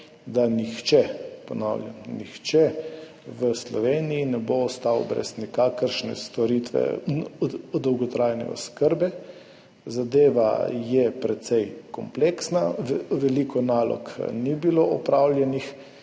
nihče, v Sloveniji ne bo ostal brez storitve dolgotrajne oskrbe. Zadeva je precej kompleksna, veliko nalog ni bilo opravljenih,